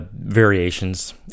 variations